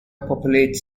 populate